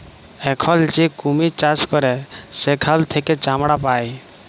এখল যে কুমির চাষ ক্যরে সেখাল থেক্যে চামড়া পায়